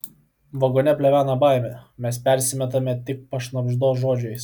vagone plevena baimė mes persimetame tik pašnabždos žodžiais